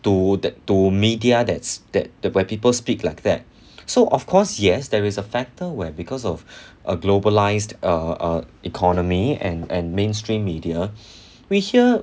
to that's to media that's that the where people speak like that so of course yes there is a factor where because of a globalized err err economy and and mainstream media we hear